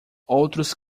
outros